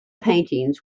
paintings